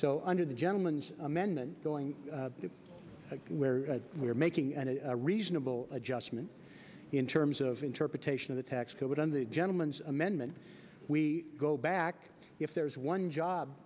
so under the gentleman's amendment going where we are making and a reasonable adjustment in terms of interpretation of the tax code on the gentleman's amendment we go back if there's one job